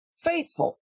faithful